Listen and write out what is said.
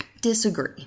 disagree